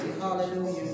Hallelujah